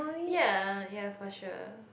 ya ya for sure